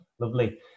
Lovely